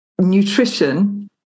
nutrition